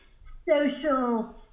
social